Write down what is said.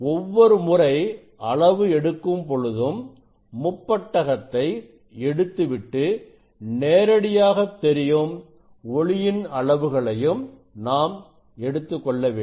ஒவ்வொரு முறை அளவு எடுக்கும் பொழுதும் முப்பட்டகத்தை எடுத்துவிட்டு நேரடியாக தெரியும் ஒளியின் அளவுகளையும் நாம் எடுத்துக்கொள்ள வேண்டும்